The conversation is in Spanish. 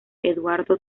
eduardo